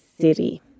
city